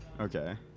Okay